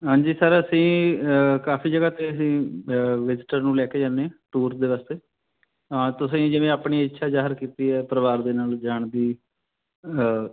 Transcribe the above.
ਹਾਂਜੀ ਸਰ ਅਸੀਂ ਕਾਫੀ ਜਗ੍ਹਾ 'ਤੇ ਅਸੀਂ ਵਿਜੀਟਰ ਨੂੰ ਲੈ ਕੇ ਜਾਂਦੇ ਆ ਟੂਰ ਦੇ ਵਾਸਤੇ ਤੁਸੀਂ ਜਿਵੇਂ ਆਪਣੀ ਇੱਛਾ ਜ਼ਾਹਿਰ ਕੀਤੀ ਹੈ ਪਰਿਵਾਰ ਦੇ ਨਾਲ ਜਾਣ ਦੀ